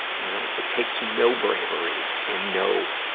you know, it takes no bravery, and no,